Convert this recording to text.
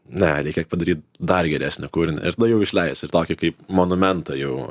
ne reikia padaryt dar geresnį kūrinį ir tada jau išleis ir tokį kaip monumentą jau